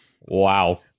Wow